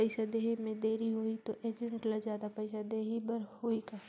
पइसा देहे मे देरी होही तो एजेंट ला जादा पइसा देही बर होही का?